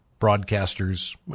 broadcasters